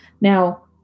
Now